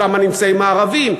שם נמצאים הערבים,